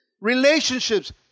Relationships